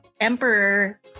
emperor